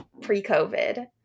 pre-COVID